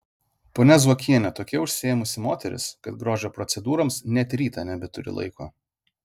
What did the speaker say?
ponia zuokienė tokia užsiėmusi moteris kad grožio procedūroms net rytą nebeturi laiko